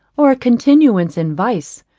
or a continuance in vice,